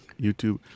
YouTube